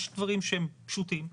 יש דברים שהם פשוטים יחסית,